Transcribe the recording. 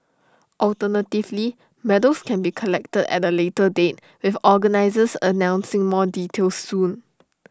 alternatively medals can be collected at A later date with organisers announcing more details soon